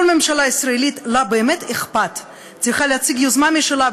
כל ממשלה ישראלית שבאמת אכפת לה צריכה להציג יוזמה משלה,